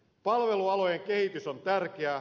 palvelualojen kehitys on tärkeää